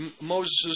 Moses